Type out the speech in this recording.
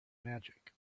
magic